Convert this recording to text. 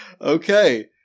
Okay